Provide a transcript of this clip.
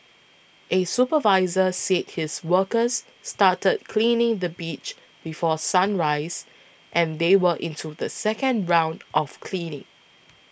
a supervisor said his workers started cleaning the beach before sunrise and they were into the second round of cleaning